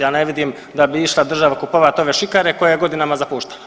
Ja ne vidim da bi išla država kupovat ove šikare koje je godinama zapuštala.